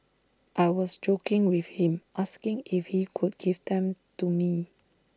I was joking with him asking if he could give them to me